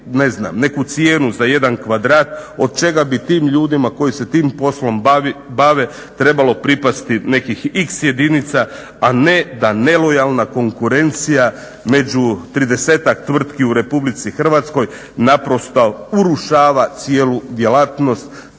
neku cijenu za jedan kvadrat od čega bi tim ljudima koji se tim poslom bave trebalo pripasti nekih x jedinica, a ne da nelojalna konkurencija među 30-tak tvrtki u Republici Hrvatskoj naprosto urušava cijelu djelatnost